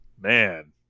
man